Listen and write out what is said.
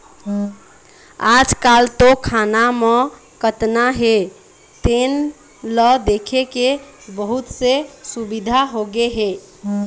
आजकाल तो खाता म कतना हे तेन ल देखे के बहुत से सुबिधा होगे हे